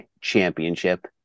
Championship